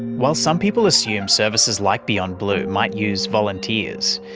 while some people assume services like beyond blue might use volunteers,